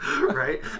Right